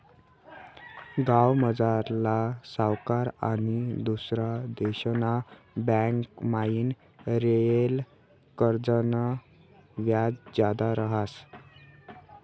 गावमझारला सावकार आनी दुसरा देशना बँकमाईन लेयेल कर्जनं व्याज जादा रहास